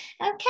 Okay